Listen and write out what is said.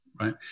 Right